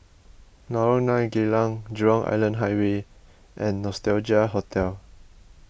Lorong nine Geylang Jurong Island Highway and Nostalgia Hotel